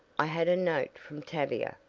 i had a note from tavia,